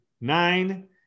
Nine